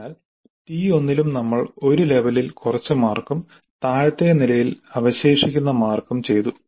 അതിനാൽ ടി 1 ലും നമ്മൾ ഒരു ലെവലിൽ കുറച്ച് മാർക്കും താഴത്തെ നിലയിൽ അവശേഷിക്കുന്ന മാർക്കും ചെയ്തു